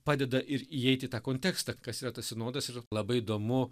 padeda ir įeiti į tą kontekstą kas yra tas sinodas ir labai įdomu